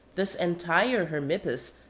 this entire hermippus,